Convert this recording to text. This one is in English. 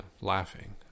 Laughing